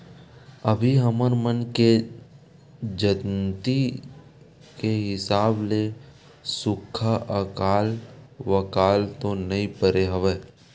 अभी हमर मन के जानती के हिसाब ले सुक्खा अकाल वकाल तो नइ परे हवय